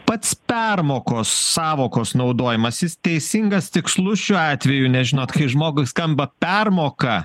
pats permokos sąvokos naudojimas jis teisingas tikslus šiuo atveju nes žinot kaip žmogui skamba permoka